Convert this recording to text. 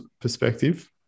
perspective